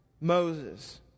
Moses